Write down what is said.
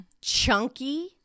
Chunky